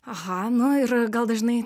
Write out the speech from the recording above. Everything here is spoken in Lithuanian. aha nu ir gal dažnai